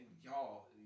y'all